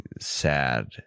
sad